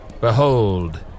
Behold